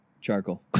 Charcoal